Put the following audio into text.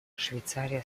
швейцария